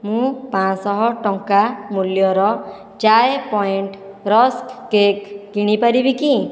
ମୁଁ ପାଞ୍ଚଶହ ଟଙ୍କା ମୂଲ୍ୟର ଚାଏ ପଏଣ୍ଟ ରସ୍କ କେକ୍ କିଣିପାରିବି କି